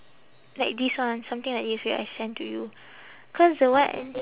like this one something like this wait I send to you cause the one at